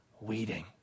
weeding